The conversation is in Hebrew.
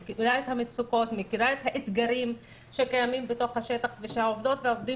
את המצוקות ואת האתגרים שקיימים בתוך השטח ושהעובדות והעובדים